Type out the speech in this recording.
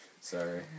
Sorry